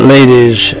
Ladies